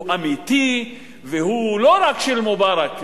הוא אמיתי והוא לא רק של מובארק.